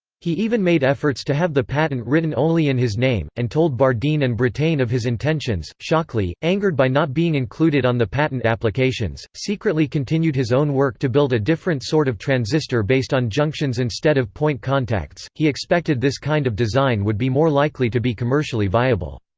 he even made efforts to have the patent written only in his name, and told bardeen and brattain of his intentions shockley, angered by not being included on the patent applications, secretly continued his own work to build a different sort of transistor based on junctions instead of point contacts he expected this kind of design would be more likely to be commercially viable.